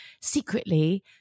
secretly